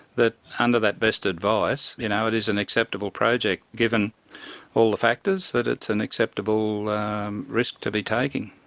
that under that best advice, you know, it is an acceptable project, given all the factors, that it's an acceptable risk to be taking.